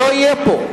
לא יהיו פה.